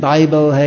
Bible